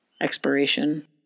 Expiration